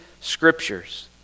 scriptures